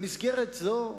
במסגרת זו,